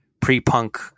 pre-punk